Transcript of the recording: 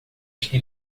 este